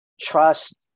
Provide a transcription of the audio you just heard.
trust